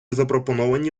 запропоновані